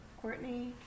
Courtney